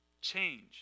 Change